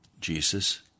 Jesus